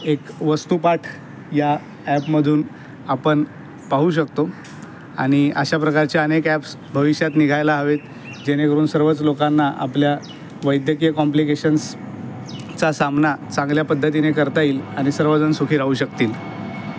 एक वस्तुपाठ या ॲपमधून आपन पाहू शकतो आणि अशा प्रकारचे अनेक ॲप्स भविष्यात निघायला हवेत जेणेकरून सर्वच लोकांना आपल्या वैद्यकीय कॉम्पलिकेशन्सचा सामना चांगल्या पद्धतीने करता येईल आणि सर्व जण सुखी राहू शकतील